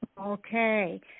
Okay